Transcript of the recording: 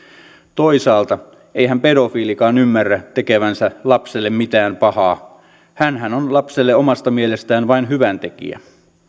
toisaalta eihän pedofiilikaan ymmärrä tekevänsä lapselle mitään pahaa hänhän on lapselle omasta mielestään vain hyväntekijä